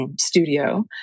studio